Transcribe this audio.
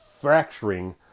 fracturing